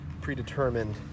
predetermined